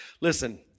Listen